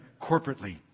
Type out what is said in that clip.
corporately